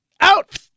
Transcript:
Out